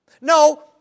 No